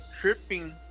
tripping